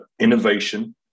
innovation